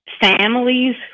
families